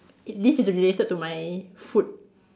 it this is related to my food